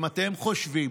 אם אתם חושבים